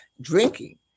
drinking